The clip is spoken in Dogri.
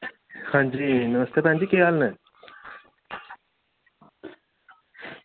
आं जी नमस्ते भैन जी केह् हाल न